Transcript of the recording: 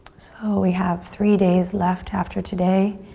so we have three days left after today.